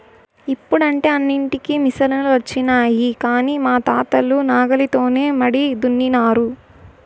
ఇప్పుడంటే అన్నింటికీ మిసనులొచ్చినాయి కానీ మా తాతలు నాగలితోనే మడి దున్నినారు